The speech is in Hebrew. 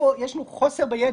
חוסר בידע.